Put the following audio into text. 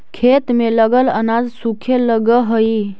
खेत में लगल अनाज सूखे लगऽ हई